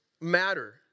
matter